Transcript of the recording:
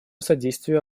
содействию